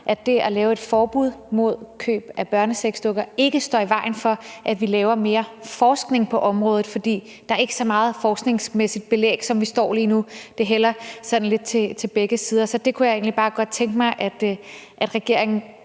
at det at lave et forbud mod køb af børnesexdukker ikke står i vejen for, at vi laver mere forskning på området. For der er ikke så meget forskningsmæssigt belæg, som det står lige nu, men det hælder sådan lidt til begge sider. Så jeg kunne egentlig bare godt tænke mig, at regeringen